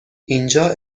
اینجا